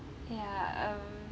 ya um